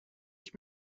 ich